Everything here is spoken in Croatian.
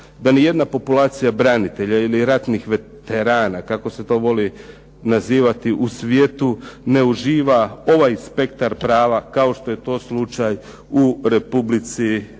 da ni jedna populacija branitelja ili ratnih veterana, kako se to voli nazivati u svijetu ne uživa ovaj spektar prava kao što je to slučaj u Republici